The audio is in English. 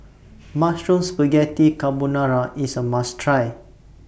Mushroom Spaghetti Carbonara IS A must Try